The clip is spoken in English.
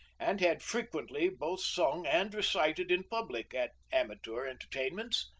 and had frequently both sung and recited in public, at amateur entertainments.